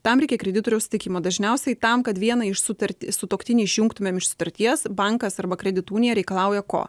tam reikia kreditoriaus sutikimo dažniausiai tam kad viena iš sutartį sutuoktinį išjungtumėm iš sutarties bankas arba kredito unija reikalauja ko